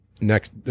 next